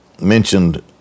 mentioned